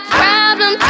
problem